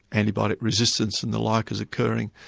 antibiotic resistance and the like is occurring,